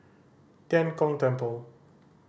Tian Kong Temple